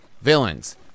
Villains